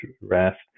rest